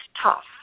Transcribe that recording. tough